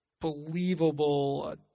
believable